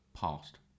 past